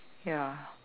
ya